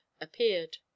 appeared